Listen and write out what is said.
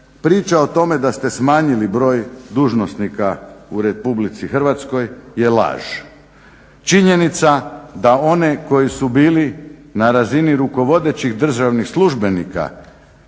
priča o tome da ste smanjili broj dužnosnika u RH je laž. Činjenica da one koji su bili na razini rukovodećih državnih službenika